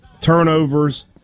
turnovers